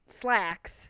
slacks